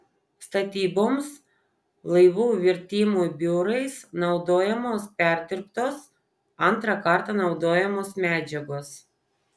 statyboms laivų virtimui biurais naudojamos perdirbtos antrą kartą naudojamos medžiagos